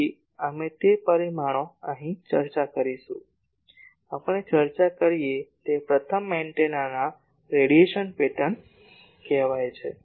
તેથી અમે તે પરિમાણો અહીં ચર્ચા કરીશું આપણે ચર્ચા કરીયે તે પ્રથમ એન્ટેનાના રેડિયેશન પેટર્ન કહે છે